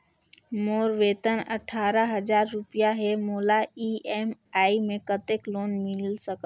मोर वेतन अट्ठारह हजार रुपिया हे मोला ई.एम.आई मे कतेक लोन मिल सकथे?